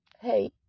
hey